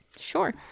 Sure